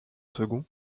second